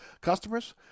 customers